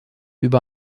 über